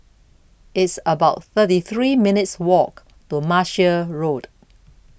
It's about thirty three minutes' Walk to Martia Road